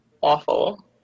awful